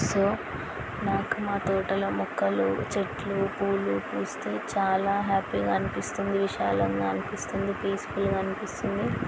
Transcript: so నాకు మా తోటలో మొక్కలు చెట్లు పువ్వులు పూస్తే చాలా హ్యాపీగా అనిపిస్తుంది విశాలంగా అనిపిస్తుంది పీస్ఫుల్గా అనిపిస్తుంది